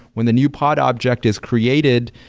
when the new pod object is created,